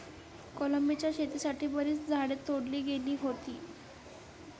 कोलंबीच्या शेतीसाठी बरीच झाडे तोडली गेली होती